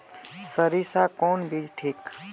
सरीसा कौन बीज ठिक?